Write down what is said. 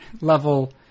level